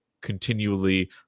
continually